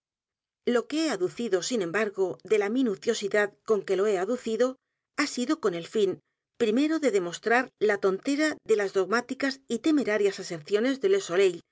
lo que he aducido sin embargo el misterio de maría rogét de la minuciosidad con que lo he aducido h a sido con el fin primero de demostrar la tontera de las d o g m á ticas y temerarias aserciones de